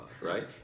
right